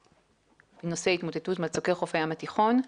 נושא התמוטטות מצוקי חוף הים התיכון.